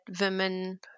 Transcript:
women